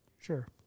Sure